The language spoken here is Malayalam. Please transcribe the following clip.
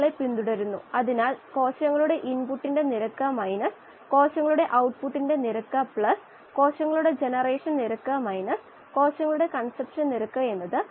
സന്തുലിതാവസ്ഥയുടെ സാഹചര്യങ്ങളിൽ ഇവ അളക്കാം എന്നാൽ ഗതാഗതം നടക്കുന്ന സാഹചര്യങ്ങളിൽ ഇവ ആശയപരമായാണ് അളവുകളാണ്